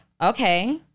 Okay